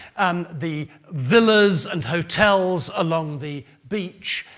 um the villas and hotels along the beach,